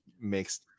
makes